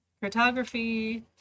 Cartography